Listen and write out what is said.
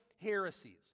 heresies